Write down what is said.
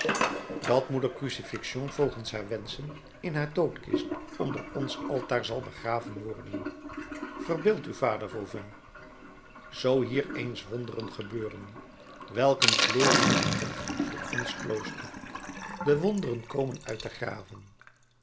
dat moeder crucifixion volgens haar wensen in haar doodkist onder ons altaar zal begraven worden verbeeld u vader fauvent zoo hier eens wonderen gebeurden welk een glorie in god voor ons klooster de wonderen komen uit de graven